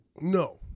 No